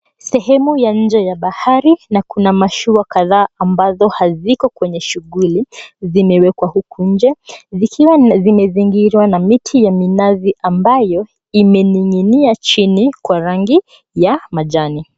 Semehemu ya inje ya bahari na kuna mashua kadhaa ambazo haziko kwenye shughuli. Zimewekwa huku inje zikiwa zimezingirwa na miti ya minazi ambayo imeninginia chini kwa rangi ya majani.